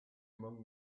among